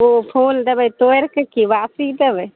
ओ फुल देबै तोड़िके कि बासी देबै